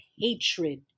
hatred